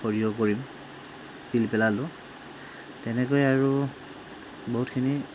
সৰিয়হ কৰিম তিল পেলালোঁ তেনেকৈ আৰু বহুতখিনি